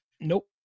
Nope